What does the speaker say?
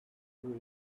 brewed